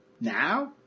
Now